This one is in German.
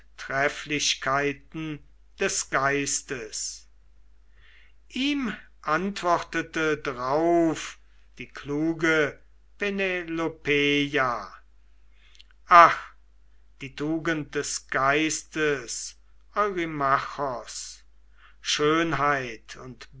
des geistes ihm antwortete drauf die kluge penelopeia ach die tugend des geistes eurymachos schönheit und